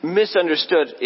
misunderstood